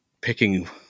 picking